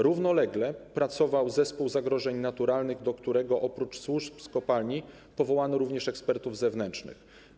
Równolegle pracował zespół zagrożeń naturalnych, do którego oprócz służb z kopalni powołano również ekspertów zewnętrznych.